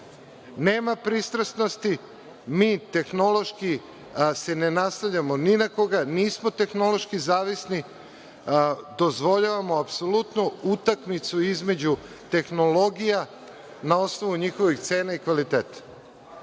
Nema pristrasnosti, mi tehnološki se ne naslanjamo ni na koga, nismo tehnološki zavisni, dozvoljavamo apsolutnu utakmicu između tehnologija na osnovu njihovih cena i kvaliteta. Konačno,